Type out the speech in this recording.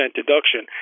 deduction